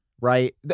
right